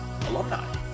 Alumni